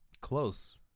Close